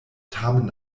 tamen